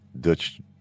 Dutch